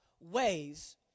ways